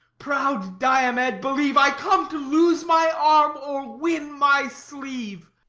proud diomed, believe, i come to lose my arm or win my sleeve.